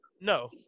no